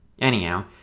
Anyhow